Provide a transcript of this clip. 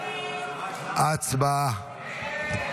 הצבעה.